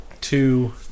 two